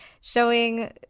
showing